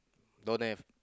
don't have